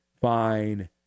fine